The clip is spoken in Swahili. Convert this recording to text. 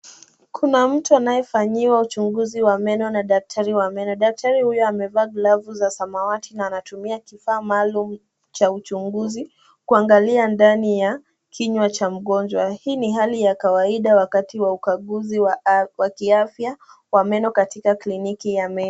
Kuna mtu anayefanyiwa uchunguzi wa meno na daktari wa meno. Daktari huyu amevaa glavu za samawati na anatumia kifaa maalum cha uchunguzi kuangalia ndani ya kinywa cha mgonjwa. Hii ni hali ya kawaida wakati wa ukaguzi wa kiafya, wa meno katika kliniki ya meno.